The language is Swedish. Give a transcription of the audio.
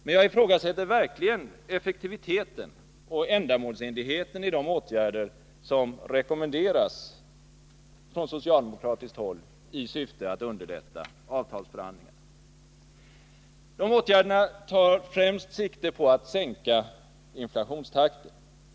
Men jag ifrågasätter verkligen effektiviteten och ändamålsenligheten i de åtgärder som rekommenderas från socialdemokratiskt håll i syfte att underlätta avtalsförhandlingarna. Dessa åtgärder tar främst sikte på att sänka inflationstakten.